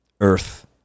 Earth